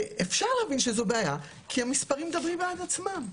ואפשר להבין שזאת בעיה כי המספרים מדברים בעד עצמם.